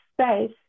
space